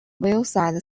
wayside